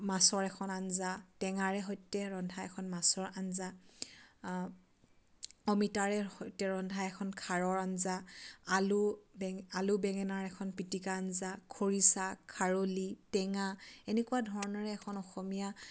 মাছৰ এখন আঞ্জা টেঙাৰে সৈতে ৰন্ধা এখন মাছৰ আঞ্জা অমিতাৰে সৈতে ৰন্ধা এখন খাৰৰ আঞ্জা আলু বেঙে আলু বেঙেনাৰ এখন পিটিকা আঞ্জা খৰিচা খাৰলি টেঙা এনেকুৱা ধৰণৰে এখন অসমীয়া